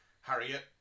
Harriet